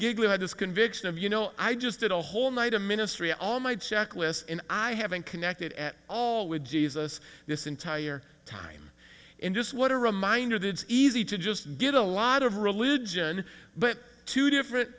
this conviction of you know i just did a whole night a ministry all my checklist and i haven't connected at all with jesus this entire time and just what a reminder that it's easy to just get a lot of religion but two different